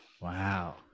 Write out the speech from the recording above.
Wow